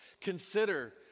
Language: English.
Consider